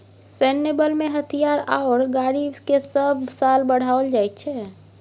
सैन्य बलमें हथियार आओर गाड़ीकेँ सभ साल बढ़ाओल जाइत छै